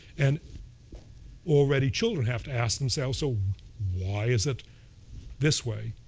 and already children have to ask themselves, so why is it this way?